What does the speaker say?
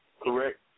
correct